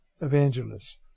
evangelists